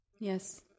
Yes